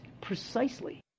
precisely